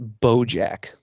Bojack